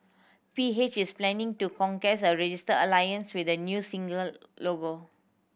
P H is planning to contest a registered alliance with the new single logo